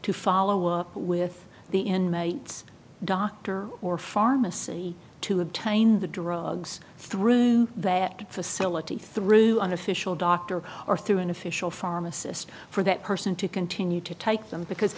to follow up with the inmates doctor or pharmacy to obtain the drugs through that facility through unofficial doctor or through an official pharmacist for that person to continue to take them because